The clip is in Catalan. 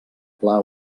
pla